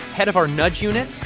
head of our nudge unit,